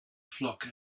flock